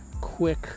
quick